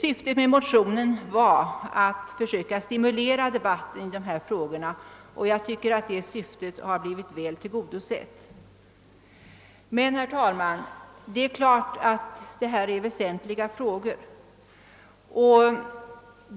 Syftet med motionen var att försöka stimulera debatten i dessa frågor, och jag tycker att det syftet blivit väl tillgodosett. Men, herr talman, det är klart att detta är väsentliga frågor.